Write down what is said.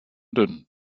dünn